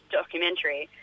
documentary